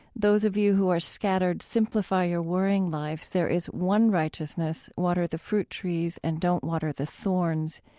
those of you who are scattered, simplify your worrying lives. there is one righteousness. water the fruit trees and don't water the thorns.